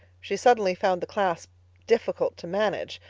she suddenly found the clasp difficult to manage.